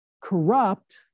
corrupt